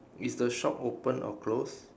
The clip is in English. is the shop open or close